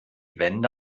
wände